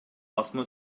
басма